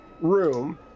room